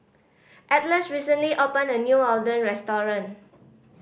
Atlas recently opened a new Oden restaurant